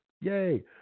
Yay